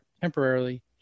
temporarily